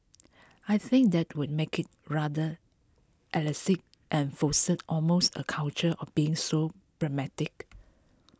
I think that would make it rather elitist and foster almost a culture of being so pragmatic